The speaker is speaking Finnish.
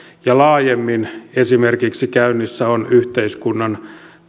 ja laajemmin esimerkiksi käynnissä on yhteiskunnan